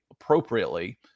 appropriately